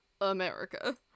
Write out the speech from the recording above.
America